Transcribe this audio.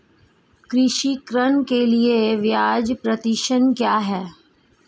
कृषि ऋण के लिए ब्याज प्रतिशत क्या है?